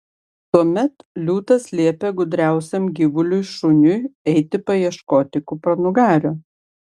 tuomet liūtas liepė gudriausiam gyvuliui šuniui eiti paieškoti kupranugario